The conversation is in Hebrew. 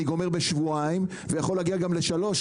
אני גומר בשבועיים ויכול לגמור גם בשלושה.